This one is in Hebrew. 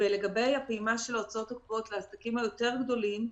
לגבי הפעימה של ההוצאות הקבועות לעסקים היותר גדולים,